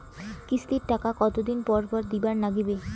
কিস্তির টাকা কতোদিন পর পর দিবার নাগিবে?